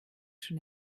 schon